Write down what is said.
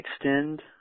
extend